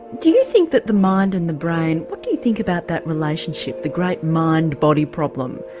do you think that the mind and the brain, what do you think about that relationship, the great mind body problem,